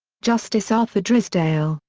justice arthur drysdale,